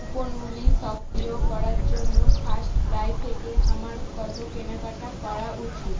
কুপনগুলি সক্রিয় করার জন্য ফার্স্টক্রাই থেকে আমার কত কেনাকাটা করা উচিত